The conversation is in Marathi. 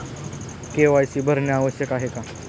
के.वाय.सी भरणे आवश्यक आहे का?